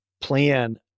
plan